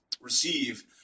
receive